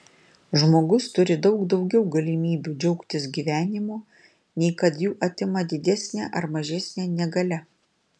žmogus turi daug daugiau galimybių džiaugtis gyvenimu nei kad jų atima didesnė ar mažesnė negalia